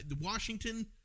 Washington